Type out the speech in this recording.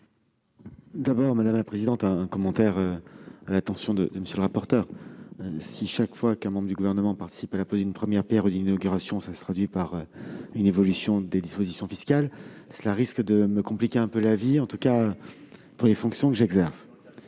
d'abord formuler un commentaire à l'attention de M. le rapporteur général. Si, chaque fois qu'un membre du Gouvernement participe à la pose d'une première pierre ou à une inauguration, cela se traduit par une évolution des dispositions fiscales, cela risque de me compliquer un peu la vie, en tout cas pour les fonctions que j'exerce